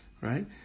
right